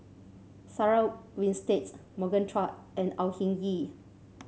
Sarah Winstedt Morgan Chua and Au Hing Yee